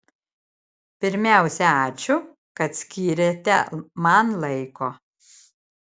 pirmiausia ačiū kad skyrėte man laiko